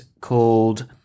called